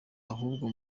ahubwo